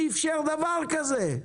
מי אפשר דבר כזה?